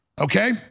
okay